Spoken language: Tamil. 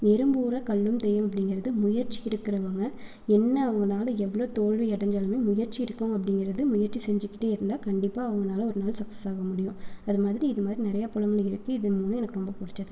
எறும்பூற கல்லும் தேயும் அப்படிங்கறது முயற்சி இருக்கிறவங்க என்ன அவங்களால் எவ்வளோ தோல்வி அடைஞ்சாலுமே முயற்சி எடுத்தோம் அப்படிங்கறது முயற்சி செஞ்சுகிட்டே இருந்தால் கண்டிப்பாக அவங்களால் ஒரு நாள் சக்ஸஸ் ஆக முடியும் அது மாதிரி இதுமாதிரி நிறைய பழமொழிகள் இருக்குது இதன் மூணும் எனக்கு ரொம்ப பிடிச்சது